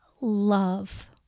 love